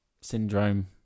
syndrome